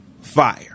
fire